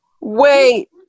wait